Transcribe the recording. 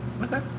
okay